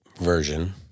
version